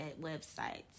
websites